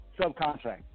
subcontract